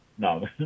No